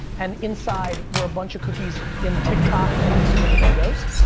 and inside were a bunch of cookies in tiktok and instagram logos,